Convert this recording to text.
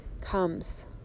comes